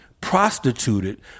prostituted